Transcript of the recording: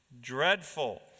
dreadful